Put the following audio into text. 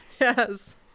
yes